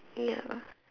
ya